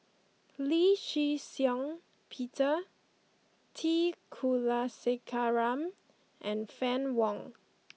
Lee Shih Shiong Peter T Kulasekaram and Fann Wong